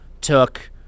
took